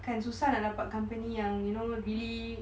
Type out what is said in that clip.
kan susah nak dapat company yang you know really